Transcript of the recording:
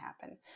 happen